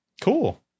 Cool